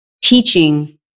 teaching